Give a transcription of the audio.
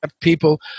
people